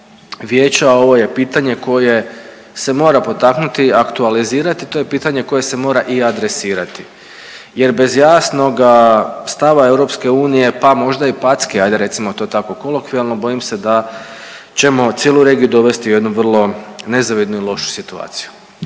ovo je pitanje koje se mora potaknuti, aktualizirati, to je pitanje koje se mora i adresirati jer bez jasnoga stava EU pa možda i packe ajde recimo to tako kolokvijalno bojim se da ćemo cijelu regiju dovesti u jednu vrlo nezavidnu i lošu situaciju.